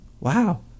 Wow